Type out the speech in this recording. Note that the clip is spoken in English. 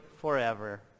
forever